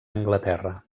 anglaterra